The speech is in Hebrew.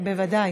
רוצים